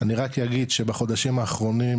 אני רק אגיד שבחודשים האחרונים,